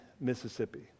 Mississippi